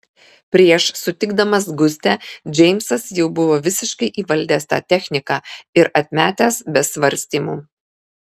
prieš sutikdamas gustę džeimsas jau buvo visiškai įvaldęs tą techniką ir atmetęs be svarstymų